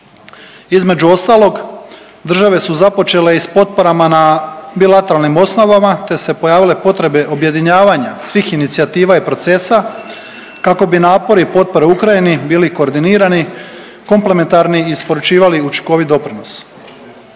Između ostalog, države su započele i s potporama na bilateralnim osnovama te su se pojavile potrebe objedinjavanja svih inicijativa i procesa kako bi napori potpore Ukrajini bili koordinirani, komplementarni i isporučivali učinkovit doprinos.